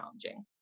challenging